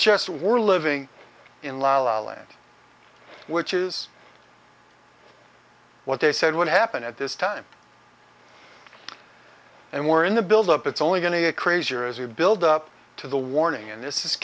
just we're living in la la land which is what they said would happen at this time and we're in the build up it's only going to get crazier as we build up to the warning and this is